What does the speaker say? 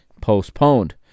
postponed